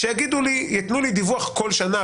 ושייתנו לי דיווח כל שנה,